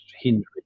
hinder